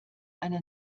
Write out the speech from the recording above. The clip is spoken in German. eine